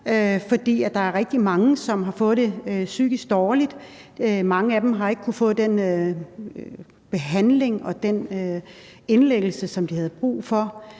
der er rigtig mange, som har fået det psykisk dårligt. Mange af dem har ikke kunnet få den behandling og den indlæggelse, som de havde brug for,